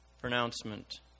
pronouncement